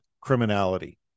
criminality